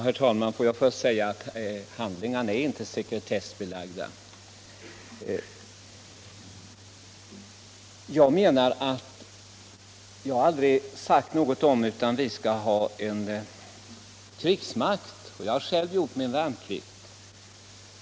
Herr talman! Får jag först säga att handlingarna inte är sekretessbelagda. Jag har aldrig sagt att vi inte skall ha någon krigsmakt. Jag har själv gjort min värnplikt.